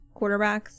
quarterbacks